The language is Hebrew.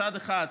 מצד אחד,